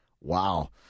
Wow